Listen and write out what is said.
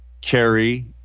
carry